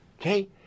okay